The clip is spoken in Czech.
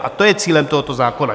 A to je cílem tohoto zákona.